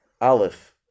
Aleph